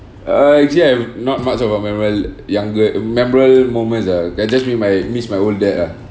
err actually I've not much of a memorable younger uh memorable moments ah I just miss my miss my old dad ah